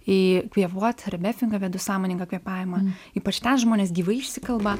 į kvėpuot rebefingą vedu sąmoningą kvėpavimą ypač ten žmonės gyvai išsikalba